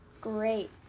Great